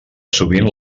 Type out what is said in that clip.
sovint